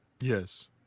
Yes